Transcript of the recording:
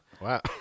Wow